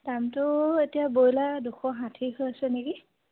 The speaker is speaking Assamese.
দামটো এতিয়া ব্ৰইলাৰ দুশ ষাঠি হৈ আছে নেকি